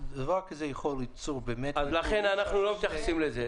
בכסלו התשפ"א.